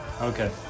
Okay